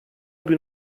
gün